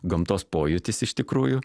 gamtos pojūtis iš tikrųjų